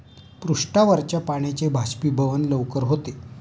पृष्ठावरच्या पाण्याचे बाष्पीभवन लवकर होते